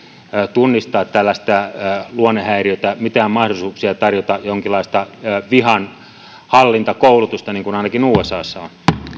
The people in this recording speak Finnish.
tunnistaa tällaista luonnehäiriötä mitään mahdollisuuksia tarjota jonkinlaista vihanhallintakoulutusta niin kuin ainakin usassa